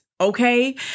okay